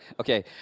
Okay